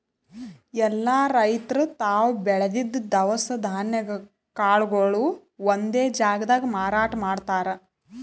ಎಲ್ಲಾ ರೈತರ್ ತಾವ್ ಬೆಳದಿದ್ದ್ ದವಸ ಧಾನ್ಯ ಕಾಳ್ಗೊಳು ಒಂದೇ ಜಾಗ್ದಾಗ್ ಮಾರಾಟ್ ಮಾಡ್ತಾರ್